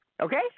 Okay